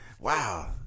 Wow